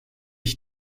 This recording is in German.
ich